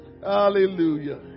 Hallelujah